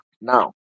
Now